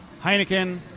Heineken